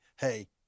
hey